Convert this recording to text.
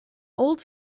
old